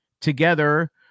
together